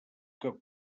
que